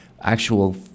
actual